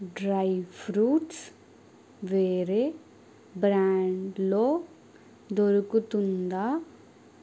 dry fruits వేరే బ్రాండ్లో దొరుకుతుందా